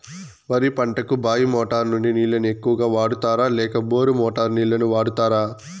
వరి పంటకు బాయి మోటారు నుండి నీళ్ళని ఎక్కువగా వాడుతారా లేక బోరు మోటారు నీళ్ళని వాడుతారా?